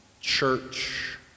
church